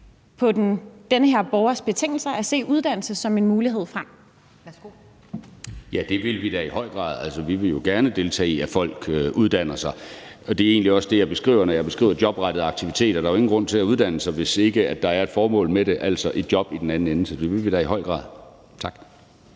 Kjærsgaard): Værsgo. Kl. 12:10 Niels Flemming Hansen (KF): Ja, det vil vi da i høj grad. Altså, vi vil jo gerne deltage i, at folk uddanner sig, og det er egentlig også det, jeg beskriver, når jeg beskriver jobrettede aktiviteter: at der ikke er nogen grund til at uddanne sig, hvis ikke der er et formål med det, altså et job i den anden ende. Så det vil vi da i høj grad. Tak.